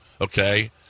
Okay